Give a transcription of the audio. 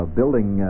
building